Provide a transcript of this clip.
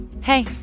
Hey